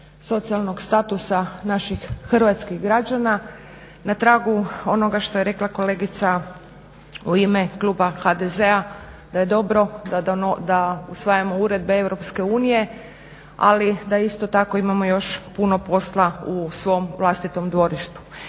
socijalnog statusa naših hrvatskih građana na tragu onoga što je rekla kolegica u ime kluba HDZ-a da je dobro da usvajamo uredbe EU ali da isto tako imamo još puno posla u svom vlastitom dvorištu.